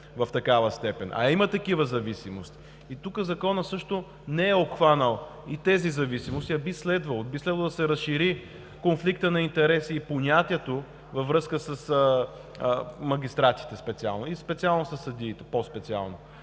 в такава степен, а има такива зависимости. Тук Законът също не е обхванал и тези зависимости, а би следвало да се разшири конфликтът на интереси и понятието във връзка с магистратите и по специално със съдиите. Затова